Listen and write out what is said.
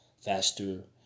faster